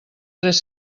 tres